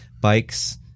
bikes